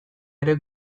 ere